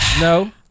No